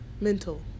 mental